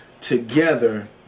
together